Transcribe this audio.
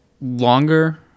longer